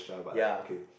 ya